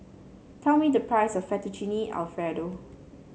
tell me the price of Fettuccine Alfredo